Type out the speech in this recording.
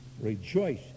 Rejoice